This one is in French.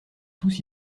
tous